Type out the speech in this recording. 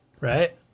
right